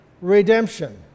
redemption